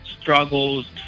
struggles